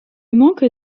manque